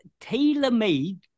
tailor-made